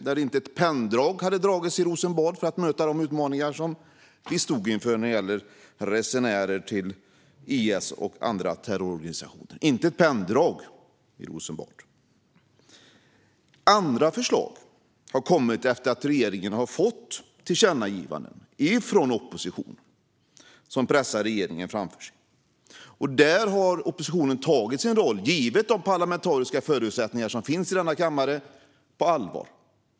Där hade inte ett penndrag dragits i Rosenbad för att möta de utmaningar Sverige stod inför när det gäller resenärer till IS och andra terrororganisationer - inte ett penndrag. Andra förslag har kommit efter att regeringen har fått tillkännagivande från oppositionen, som pressar regeringen framför sig. Där har oppositionen tagit sin roll, givet de parlamentariska förutsättningar som finns i denna kammare, på allvar.